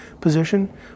position